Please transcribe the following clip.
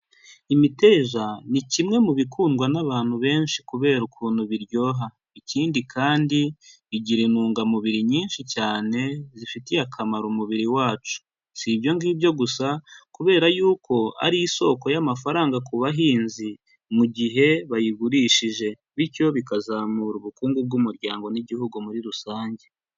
Imiteja, ni kimwe mu bikundwa n'abantu benshi kubera ukuntu biryoha. Ikindi kandi igira intungamubiri nyinshi cyane, zifitiye akamaro umubiri wacu. Si ibyo ngibyo gusa, kubera yuko ari isoko y'amafaranga ku bahinzi mu gihe bayigurishije. Bityo bikazamura ubukungu bw'umuryango n'Igihugu muri rusange.